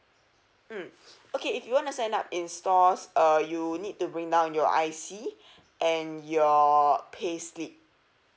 mm okay if you wanna sign up in stores uh you need to bring down your I_C and your payslip